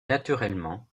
naturellement